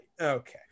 Okay